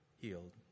healed